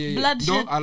bloodshed